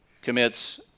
commits